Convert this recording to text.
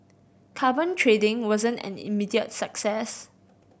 carbon trading wasn't an immediate success